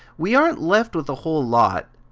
we aren't left with a whole lot.